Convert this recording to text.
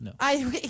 No